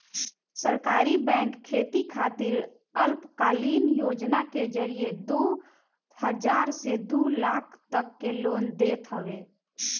सहकारी बैंक खेती खातिर अल्पकालीन योजना के जरिया से दू हजार से दू लाख तक के लोन देत हवे